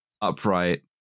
upright